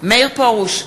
מאיר פרוש,